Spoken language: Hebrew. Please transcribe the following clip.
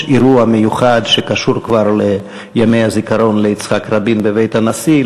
יש אירוע מיוחד שקשור ליום הזיכרון ליצחק רבין בבית הנשיא,